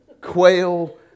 quail